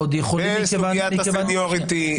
אין סוגיית הסניוריטי,